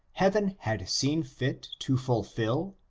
heaven had seen fit to fulfill?